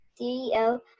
CEO